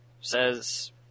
says